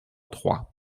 trois